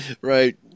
Right